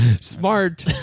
Smart